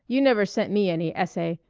you never sent me any essay.